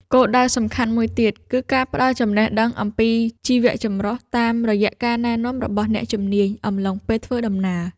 គោលដៅសំខាន់មួយទៀត គឺការផ្ដល់ចំណេះដឹងអំពីជីវៈចម្រុះ តាមរយៈការណែនាំរបស់អ្នកជំនាញអំឡុងពេលធ្វើដំណើរ។